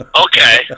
okay